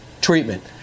Treatment